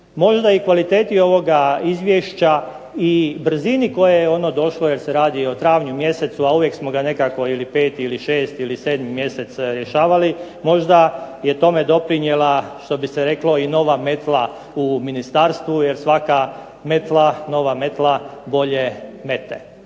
Možda i kvaliteti ovoga izvješća i brzini kojoj je ono došlo, jer se radi o travnju mjesecu, a uvijek smo ga nekako ili 5. ili 6. ili 7. mjesec rješavali, možda je tome doprinijela, što bi se reklo i nova metla u ministarstvu, jer svaka metla, nova metla bolje mete.